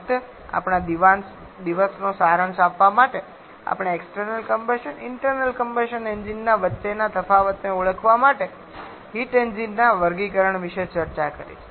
ફક્ત આપણા દિવસનો સારાંશ આપવા માટે આપણે એક્સટર્નલ કમ્બશન અને ઇન્ટરનલ કમ્બશન એન્જિન વચ્ચેના તફાવતને ઓળખવા માટે હીટ એન્જિન ના વર્ગીકરણ વિશે ચર્ચા કરી છે